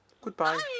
Goodbye